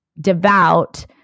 devout